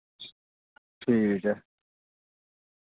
ठीक ऐ